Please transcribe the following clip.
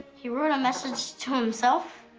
he wrote a message to himself?